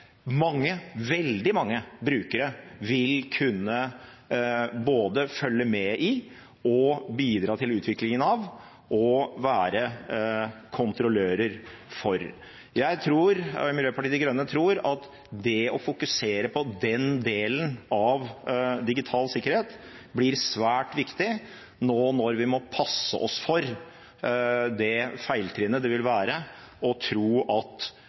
veldig mange brukere vil kunne både følge med på, bidra til utviklingen av og være kontrollører for. Miljøpartiet De Grønne tror at det å fokusere på denne delen av digital sikkerhet blir svært viktig når vi nå må passe oss for det feiltrinnet det vil være å tro at